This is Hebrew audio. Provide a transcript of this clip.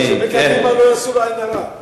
שבקדימה לא יעשו עין הרע.